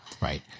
Right